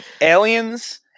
aliens